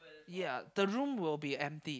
ya the room will be empty